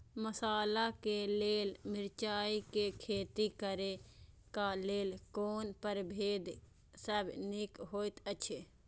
मसाला के लेल मिरचाई के खेती करे क लेल कोन परभेद सब निक होयत अछि?